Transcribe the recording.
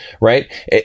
right